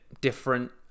different